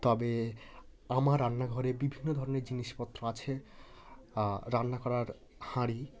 তবে আমার রান্নাঘরে বিভিন্ন ধরনের জিনিসপত্র আছে রান্না করার হাঁড়ি